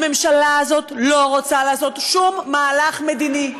הממשלה הזאת לא רוצה לעשות שום מהלך מדיני,